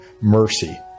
mercy